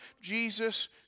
Jesus